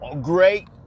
great